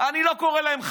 אני לא קורא להם "חארות",